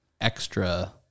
extra